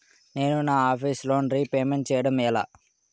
నేను నా office loan repayment చేయడం ఎలా?